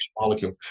molecule